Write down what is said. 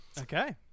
Okay